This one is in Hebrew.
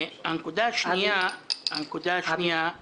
הנקודה השנייה היא